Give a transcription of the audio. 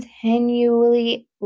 continually